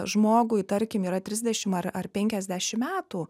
žmogui tarkim yra trisdešim ar ar penkiasdešim metų